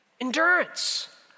endurance